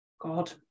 God